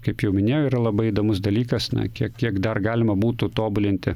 kaip jau minėjau yra labai įdomus dalykas na kiek kiek dar galima būtų tobulinti